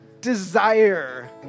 desire